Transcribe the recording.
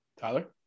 Tyler